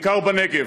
בעיקר בנגב,